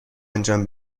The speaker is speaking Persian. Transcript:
انجام